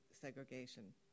segregation